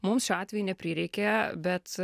mums šiuo atveju neprireikė bet